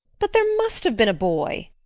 but there must have been a boy,